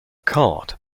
caught